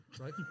right